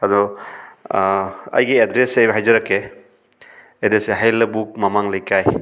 ꯑꯗꯣ ꯑꯩꯒꯤ ꯑꯦꯗ꯭ꯔꯦꯁꯁꯦ ꯑꯩ ꯍꯥꯏꯖꯔꯛꯀꯦ ꯑꯦꯗ꯭ꯔꯦꯁꯁꯦ ꯍꯌꯦꯜ ꯂꯕꯨꯛ ꯃꯃꯥꯡ ꯂꯩꯀꯥꯏ